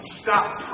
stop